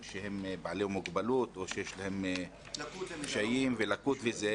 שהם בעלי מוגבלות או שיש להם קשיים ולקויות,